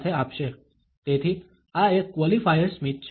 તેથી આ એક ક્વોલિફાયર સ્મિત છે